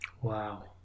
wow